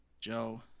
Joe